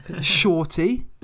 Shorty